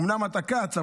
אומנם אתה כץ,